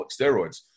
steroids